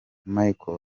michael